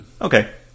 Okay